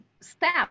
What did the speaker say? step